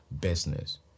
business